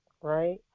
right